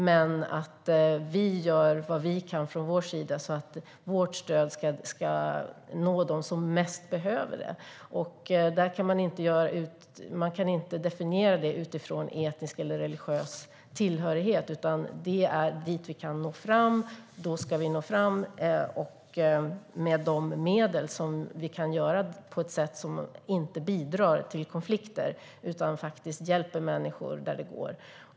Men vi gör vad vi kan från vår sida för att vårt stöd ska nå dem som bäst behöver det. Man kan inte definiera detta utifrån etnisk eller religiös tillhörighet, utan vi ska nå fram dit vi kan nå fram med de medel vi har på ett sätt som inte bidrar till konflikter utan hjälper människor där det går.